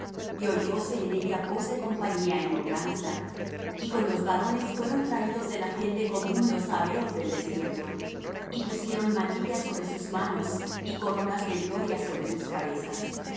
óleo y oyóse en ella voz de compañía en holganza y con los varones fueron traídos de la gente común los sabeos del desierto y pusieron manillas sobre sus manos y coronas de gloria sobre sus cabezas